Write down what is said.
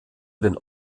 den